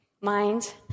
mind